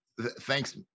thanks